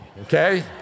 okay